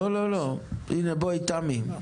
הנה, בואי, גלי.